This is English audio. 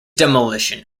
demolition